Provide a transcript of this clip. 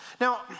Now